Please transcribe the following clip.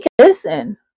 listen